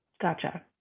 Gotcha